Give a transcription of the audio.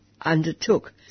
undertook